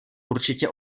určitě